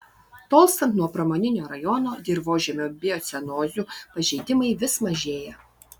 tolstant nuo pramoninio rajono dirvožemio biocenozių pažeidimai vis mažėja